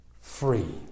free